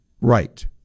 right